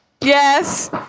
yes